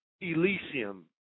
Elysium